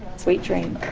sweet dreams.